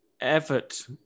effort